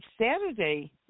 Saturday